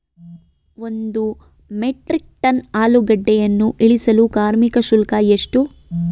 ಒಂದು metric tonne ಆಲೂಗೆಡ್ಡೆಯನ್ನು ಇಳಿಸಲು ಕಾರ್ಮಿಕ ಶುಲ್ಕ ಎಷ್ಟು?